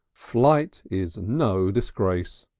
flight is no disgrace.